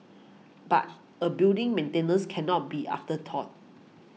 but a building's maintenance can not be an afterthought